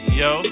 yo